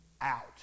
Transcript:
out